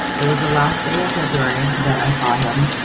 it was the last day of february that i saw him.